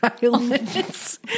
violence